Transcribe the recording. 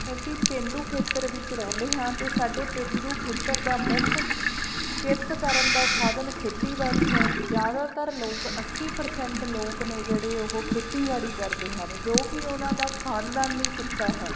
ਅਸੀਂ ਪੇਂਡੂ ਖੇਤਰ ਵਿੱਚ ਰਹਿੰਦੇ ਹਾਂ ਅਤੇ ਸਾਡੇ ਪੇਂਡੂ ਖੇਤਰ ਦਾ ਮੁੱਖ ਕਿਰਤ ਕਰਨ ਦਾ ਸਾਧਨ ਖੇਤੀਬਾੜੀ ਹੈ ਜ਼ਿਆਦਾਤਰ ਲੋਕ ਅੱਸੀ ਪ੍ਰਸੈਂਟ ਲੋਕ ਨੇ ਜਿਹੜੇ ਉਹ ਖੇਤੀਬਾੜੀ ਕਰਦੇ ਹਨ ਜੋ ਕਿ ਉਹਨਾਂ ਦਾ ਖਾਨਦਾਨੀ ਕਿੱਤਾ ਹੈ